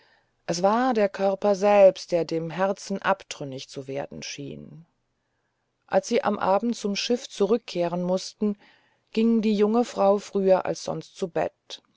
es war der körper selbst der dem herzen abtrünnig zu werden schien als sie am abend zum schiff zurückkehren mußten ging die junge frau früher als sonst zu bett